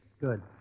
Good